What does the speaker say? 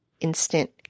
instant